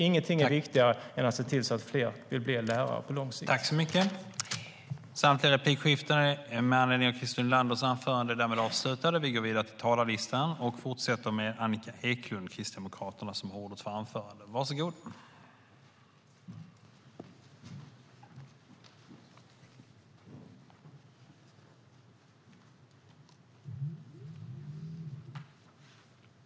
Ingenting är viktigare än att se till att fler vill bli lärare på lång sikt.